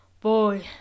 boy